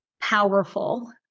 powerful